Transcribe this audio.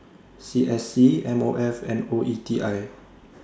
C S C M O F and O E T I